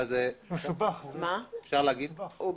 אני